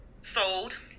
sold